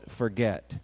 forget